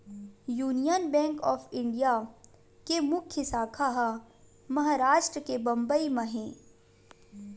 union bank of India के मुख्य साखा ह महारास्ट के बंबई म हे